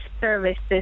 services